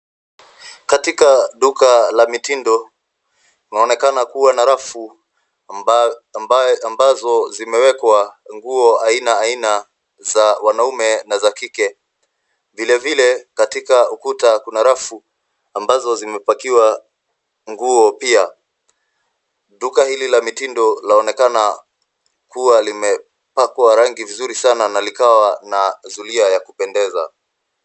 Katika duka la mitindo, kunaonekana kuwa na rafu ambazo zimewekwa nguo aina aina za wanaume na za kike. Vile vile, katika ukuta kuna rafu ambazo zimepakiwa nguo pia. Duka hili la mitindo laonekana kuwa limepakwa rangi vizuri sana na likawa na zulia ya kupendeza.